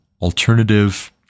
alternative